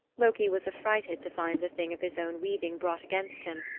loki was affrighted to find the thing of his own weaving brought against him.